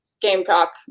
Gamecock